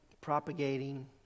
propagating